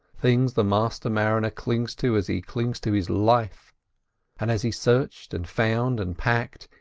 things the master mariner clings to as he clings to his life and as he searched, and found, and packed,